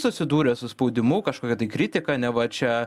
susidūrė su spaudimu kažkokia tai kritika neva čia